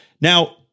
Now